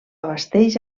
abasteix